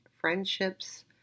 friendships